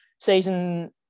season